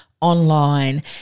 online